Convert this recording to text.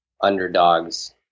underdogs